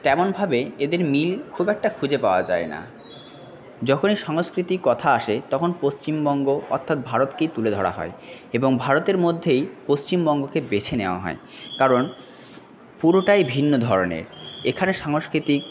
তেমনভাবে এদের মিল খুব একটা খুঁজে পাওয়া যায় না যখনই সংস্কৃতি কথা আসে তখন পশ্চিমবঙ্গ অর্থাৎ ভারতকেই তুলে ধরা হয় এবং ভারতের মধ্যেই পশ্চিমবঙ্গকে বেছে নেওয়া হয় কারণ পুরোটাই ভিন্ন ধরনের এখানে সংস্কৃতি